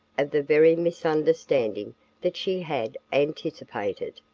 of the very misunderstanding that she had anticipated.